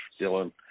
Dylan